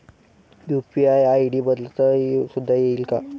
UPI ID बदलता सुद्धा येईल का?